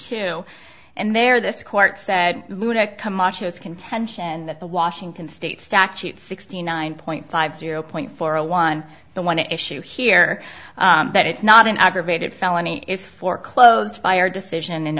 two and there this court said luda camacho's contention that the washington state statute sixty nine point five zero point four a one the one issue here that it's not an aggravated felony is foreclosed by our decision in